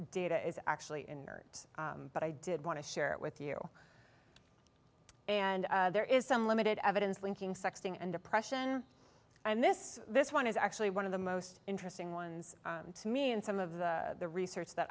data is actually in it but i did want to share it with you and there is some limited evidence linking sexting and depression and this this one is actually one of the most interesting ones to me and some of the research that